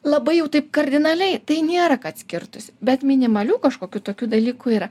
labai jau taip kardinaliai tai nėra kad skirtųsi bet minimalių kažkokių tokių dalykų yra